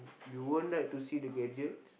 you won't like to see the gadgets